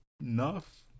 enough